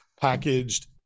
packaged